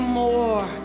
more